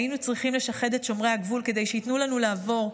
"היינו צריכים לשחד את שומרי הגבול כדי שייתנו לנו לעבור,